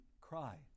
cry